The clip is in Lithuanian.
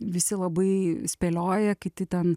visi labai spėlioja kiti ten